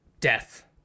death